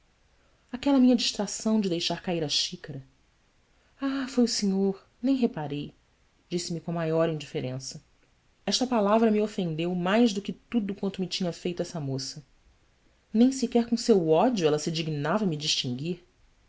aquela minha distração de deixar cair a xícara h foi o senhor nem reparei disse-me com a maior indiferença esta palavra me ofendeu mais que tudo quanto me tinha feito essa moça nem sequer com seu ódio ela se dignava me distinguir